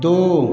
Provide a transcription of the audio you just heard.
दो